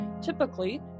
Typically